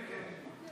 כן, כן.